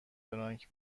فرانک